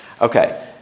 Okay